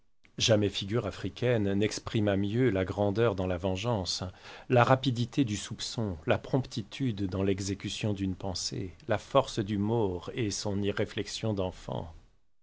jamais figure africaine n'exprima mieux la grandeur dans la vengeance la rapidité du soupçon la promptitude dans l'exécution d'une pensée la force du maure et son irréflexion d'enfant